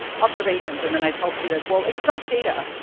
observations, and then i tell students, well, extract data,